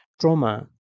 trauma